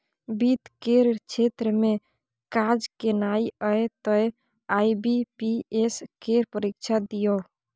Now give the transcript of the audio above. वित्त केर क्षेत्र मे काज केनाइ यै तए आई.बी.पी.एस केर परीक्षा दियौ